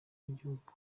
bw’igihugu